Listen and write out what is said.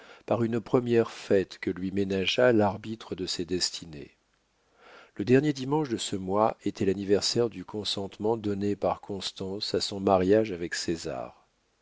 par une première fête que lui ménagea l'arbitre de ses destinées le dernier dimanche de ce mois était l'anniversaire du consentement donné par constance à son mariage avec césar